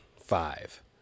Five